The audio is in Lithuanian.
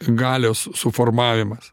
galios suformavimas